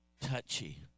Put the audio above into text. touchy